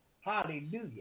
Hallelujah